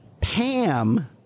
Pam